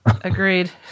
Agreed